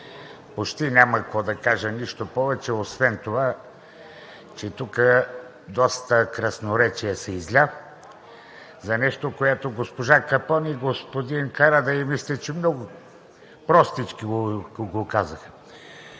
Почти няма какво да кажа повече освен това, че тук доста красноречие се изля за нещо, което госпожа Капон и господин Карадайъ мисля, че много простичко го казаха.